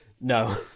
No